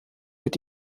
wird